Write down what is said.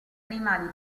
animali